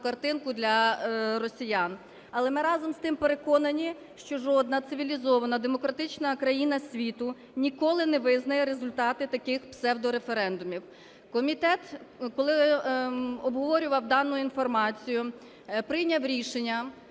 картинку для росіян. Але ми, разом з тим, переконані, що жодна цивілізована демократична країна світу ніколи не визнає результати таких псевдореферендумів. Комітет, коли обговорював дану інформацію, прийняв рішення